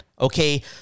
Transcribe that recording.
okay